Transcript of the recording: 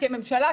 כממשלה,